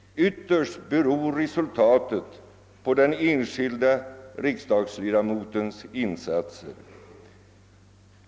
Ytterst beror resultatet på den enskilde riksdagsledamotens insatser.